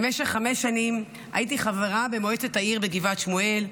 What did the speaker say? במשך חמש שנים הייתי חברה במועצת העיר בגבעת שמואל.